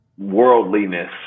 Worldliness